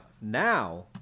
now